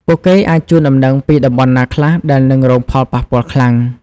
ពួកគេអាចជូនដំណឹងពីតំបន់ណាខ្លះដែលនឹងរងផលប៉ះពាល់ខ្លាំង។